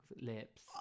lips